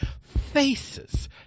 faces